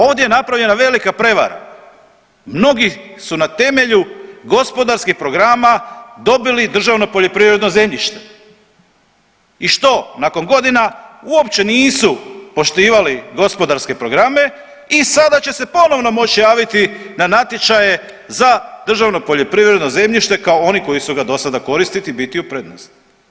Ovdje je napravljena velika prevara, mnogi su na temelju gospodarskih programa dobili državno poljoprivredno zemljište i što nakon godina uopće nisu poštivali gospodarske programe i sada će se ponovo moć javit na natječaje za državno poljoprivredno zemljište kao oni koji su ga do sada koristili i biti u prednosti.